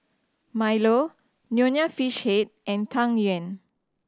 milo Nonya Fish Head and Tang Yuen